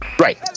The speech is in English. Right